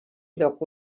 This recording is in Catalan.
lloc